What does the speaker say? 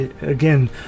again